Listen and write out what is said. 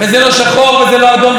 וזה לא שחור וזה לא אדום,